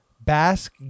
Basque